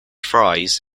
fries